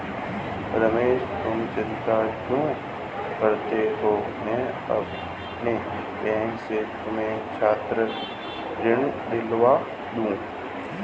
रमेश तुम चिंता क्यों करते हो मैं अपने बैंक से तुम्हें छात्र ऋण दिलवा दूंगा